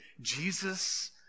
Jesus